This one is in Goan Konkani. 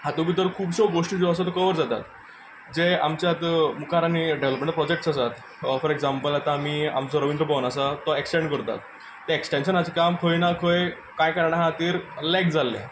हातूंत भितर खुबश्यो गोश्टी ज्यो आसात त्यो कवर जातात जे आमचे आतां मुखार आनी डेवलोमेंट प्रोजेक्टस आसात फोर एकजांपल आतां आमी आमचो रवींद्र भवन आसा तो एकस्टेंड करतात तें एकस्टेंशनाचें काम खंय ना खंय कांय कारणां खातीर लेक जाल्लें